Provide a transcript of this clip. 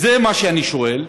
זה מה שאני שואל.